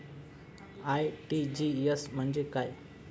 RTGS म्हणजे काय?